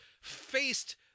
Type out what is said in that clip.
faced